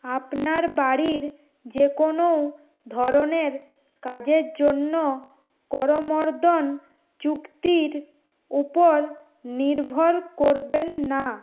আপনার বাড়ির যেকোনও ধরনের কাজের জন্য করমর্দন চুক্তির উপর নির্ভর করবেন না